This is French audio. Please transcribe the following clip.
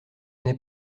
n’est